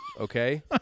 okay